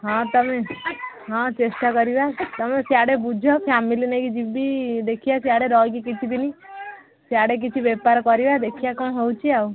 ହଁ ତୁମେ ହଁ ଚେଷ୍ଟା କରିବା ତୁମେ ସିଆଡ଼େ ବୁଝ ଫ୍ୟାମିଲି ନେଇକି ଯିବି ଦେଖିିବା ସିଆଡ଼େ ରହିକି କିଛି ଦିନ ସିଆଡ଼େ କିଛି ବେପାର କରିବା ଦେଖିିବା କ'ଣ ହେଉଛି ଆଉ